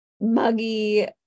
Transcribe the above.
Muggy